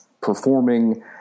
performing